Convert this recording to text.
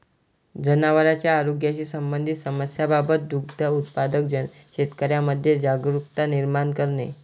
जनावरांच्या आरोग्याशी संबंधित समस्यांबाबत दुग्ध उत्पादक शेतकऱ्यांमध्ये जागरुकता निर्माण करणे